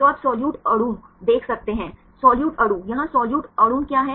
तो आप सोलीयूट अणु देख सकते हैं सोलीयूट अणु यहाँ सोलीयूट अणु क्या है